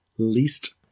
Least